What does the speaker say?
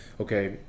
okay